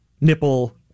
nipple